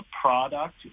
product